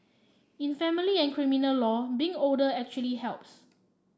in family and criminal law being older actually helps